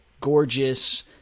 gorgeous